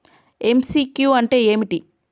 MCQ అంటే ఏమిటి?